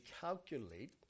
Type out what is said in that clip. calculate